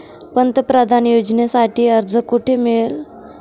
पंतप्रधान योजनेसाठी अर्ज कुठे मिळेल?